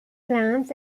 claims